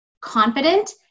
confident